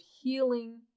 healing